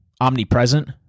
omnipresent